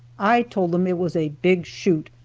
i told them it was a big shoot,